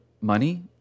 money